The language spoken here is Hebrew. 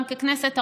גם ככנסת,